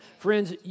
Friends